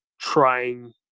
trying